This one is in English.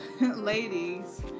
ladies